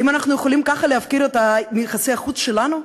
האם אנחנו יכולים ככה להפקיר את יחסי החוץ השלנו?